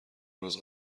روز